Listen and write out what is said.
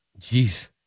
Jeez